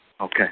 Okay